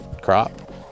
crop